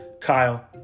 Kyle